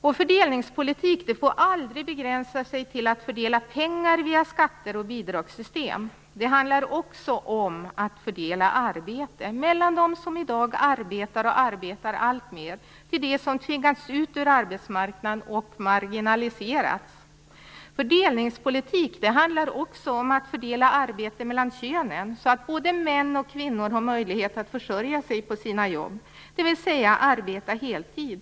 Men fördelningspolitik får aldrig begränsas till fördelning av pengar via skatter och bidragssystem. Det handlar också om att fördela arbete mellan dem som i dag arbetar alltmer och dem som tvingats ut från arbetsmarknaden och marginaliserats. Fördelningspolitik handlar också om att fördela arbete mellan könen, så att både män och kvinnor har möjlighet att försörja sig på sina jobb, dvs. arbeta heltid.